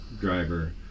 driver